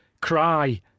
cry